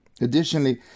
Additionally